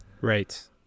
right